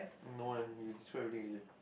no eh you describe everything already eh